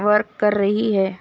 work کر رہی ہے